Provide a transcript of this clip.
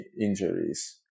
injuries